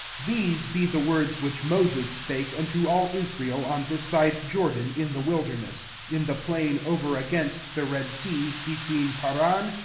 these be the words which moses spake unto all israel on this side jordan in the wilderness, in the plain over against the red sea, between paran,